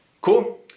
Cool